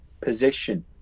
position